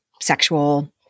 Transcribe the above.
sexual